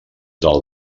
del